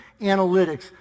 analytics